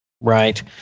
Right